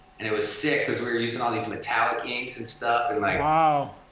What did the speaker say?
and it was sick cause we were using all these metallic inks and stuff and like wow!